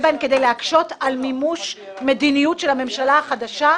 בהן כדי להקשות על מימוש מדיניות של הממשלה החדשה",